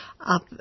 up